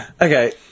Okay